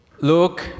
Look